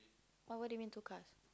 what what do you mean two cars